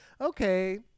okay